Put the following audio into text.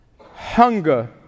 hunger